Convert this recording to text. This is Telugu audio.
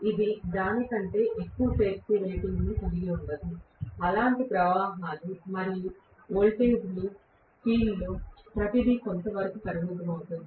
ఇది దాని కంటే ఎక్కువ శక్తి రేటింగ్ కలిగి ఉండదు అంటే ప్రవాహాలు మరియు వోల్టేజీలు ఫీల్డ్లో ప్రతిదీ కొంతవరకు పరిమితం అవుతుంది